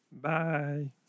bye